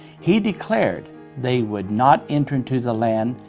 he declared they would not enter into the land,